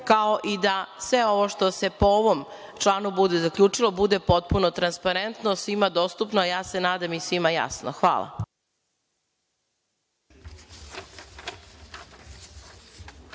kao i da sve ovo što se po ovom članu bude zaključilo bude potpuno transparentno, svima dostupno, ja se nadam i svima jasno. Hvala.